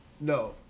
No